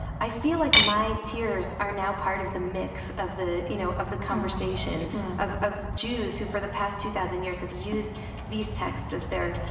i feel like my tears are now part of the mix of the, you know, of the conversation of of jews who, for the past two thousand years, have used these texts as their,